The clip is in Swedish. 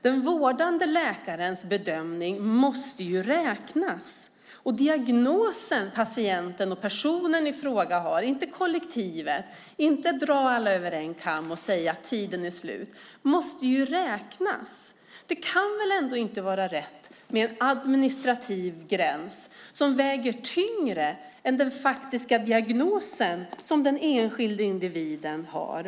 Den vårdande läkarens bedömning måste räknas, och diagnosen som patienten och personen i fråga har, inte kollektivet - man kan inte dra alla över en kam och säga att tiden är slut - måste räknas. Det kan väl ändå inte vara rätt med en administrativ gräns som väger tyngre än den faktiska diagnosen som den enskilda individen har?